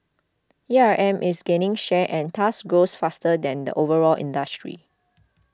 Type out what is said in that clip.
A R M is gaining share and thus grows faster than the overall industry